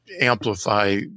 amplify